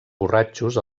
borratxos